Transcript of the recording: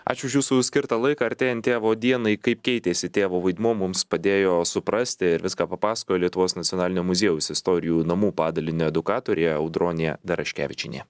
ačiū už jūsų skirtą laiką artėjant tėvo dienai kaip keitėsi tėvo vaidmuo mums padėjo suprasti ir viską papasakojo lietuvos nacionalinio muziejaus istorijų namų padalinio edukatorė audronė daraškevičienė